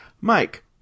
Mike